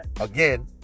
again